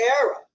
era